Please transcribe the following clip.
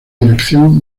dirección